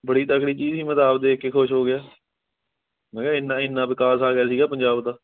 ਬੜੀ ਤਕੜੀ ਚੀਜ਼ ਸੀ ਮੈਂ ਤਾਂ ਆਪ ਦੇਖ ਕੇ ਖੁਸ਼ ਹੋ ਗਿਆ ਮੈਂ ਕਿਹਾ ਇੰਨਾ ਇੰਨਾ ਵਿਕਾਸ ਆ ਗਿਆ ਸੀਗਾ ਪੰਜਾਬ ਦਾ